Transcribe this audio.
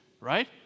right